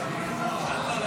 ממוסדות